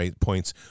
points